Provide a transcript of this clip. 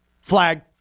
flag